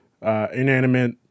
inanimate